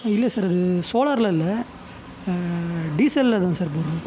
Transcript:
இல்லை சார் அது சோலார்ல இல்லை டீசல்ல தான் சார் போடணும்